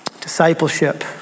Discipleship